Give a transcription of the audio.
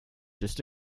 just